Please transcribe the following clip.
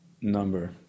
number